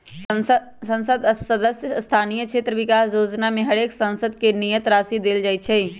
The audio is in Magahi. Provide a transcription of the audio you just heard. संसद सदस्य स्थानीय क्षेत्र विकास जोजना में हरेक सांसद के नियत राशि देल जाइ छइ